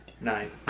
Nine